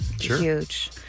Huge